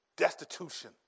Destitution